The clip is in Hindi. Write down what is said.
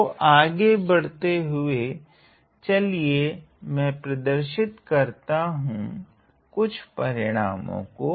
तो आगे बढ़ते हुए चलिए मैं प्रदर्शित करता हूँ कुछ परिणामो को